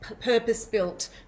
purpose-built